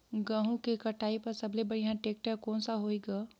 गहूं के कटाई पर सबले बढ़िया टेक्टर कोन सा होही ग?